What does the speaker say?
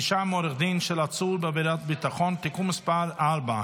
(פגישה עם עורך דין של עצור בעבירת ביטחון) (תיקון מס' 4),